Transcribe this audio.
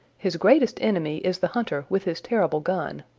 his greatest enemy is the hunter with his terrible gun.